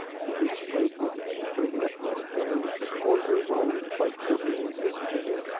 he wished blake wouldn't keep bringing up that affair, which was four years old and quite trivial, in his opinion.